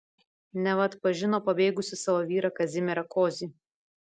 neva atpažino pabėgusį savo vyrą kazimierą kozį